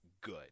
good